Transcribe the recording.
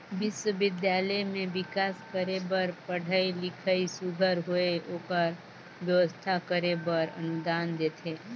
बिस्वबिद्यालय में बिकास करे बर पढ़ई लिखई सुग्घर होए ओकर बेवस्था करे बर अनुदान देथे